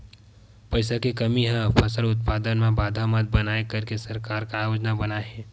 पईसा के कमी हा फसल उत्पादन मा बाधा मत बनाए करके सरकार का योजना बनाए हे?